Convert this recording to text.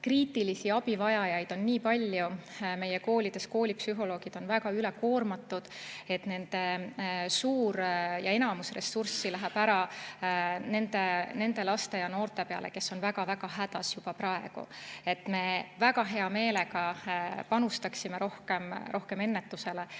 kriitilisi abivajajaid on nii palju meie koolides, koolipsühholoogid on väga ülekoormatud, nende enamus ressurssi läheb ära nende laste ja noorte peale, kes on väga-väga hädas juba praegu. Me väga hea meelega panustaksime rohkem ennetusele